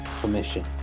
permission